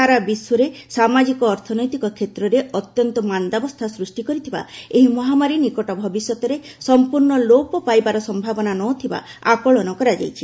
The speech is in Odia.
ସାରା ବିଶ୍ୱରେ ସାମାଜିକ ଅର୍ଥନୈତିକ କ୍ଷେତ୍ରରେ ଅତ୍ୟନ୍ତ ମାନ୍ଦାବସ୍ଥା ସୃଷ୍ଟି କରିଥିବା ଏହି ମହାମାରୀ ନିକଟ ଭବିଷ୍ୟତରେ ସମ୍ପର୍ଣ୍ଣ ଲୋପ ପାଇବାର ସମ୍ଭାବନା ନ ଥିବା ଆକଳନ କରାଯାଇଛି